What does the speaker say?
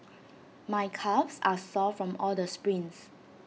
my calves are sore from all the sprints